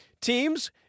teams